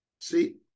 See